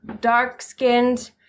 dark-skinned